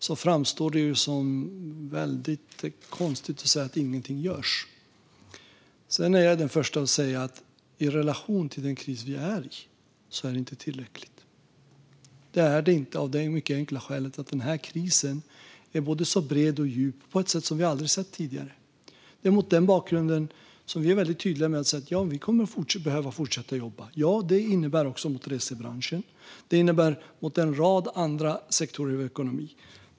Då framstår det som konstigt att säga att ingenting görs. Sedan är jag den förste att säga att detta inte är tillräckligt i relation till den kris vi är i. Det är det inte av det mycket enkla skälet att den här krisen är bred och djup på ett sätt vi aldrig sett tidigare. Mot den bakgrunden är vi tydliga med att säga att vi kommer att behöva fortsätta jobba, också mot resebranschen och mot en rad andra sektorer i ekonomin.